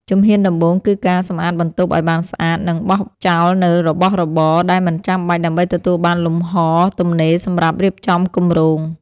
ជំហានដំបូងគឺការសម្អាតបន្ទប់ឱ្យបានស្អាត និងបោះចោលនូវរបស់របរដែលមិនចាំបាច់ ដើម្បីទទួលបានលំហទំនេរសម្រាប់រៀបចំគម្រោង។